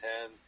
ten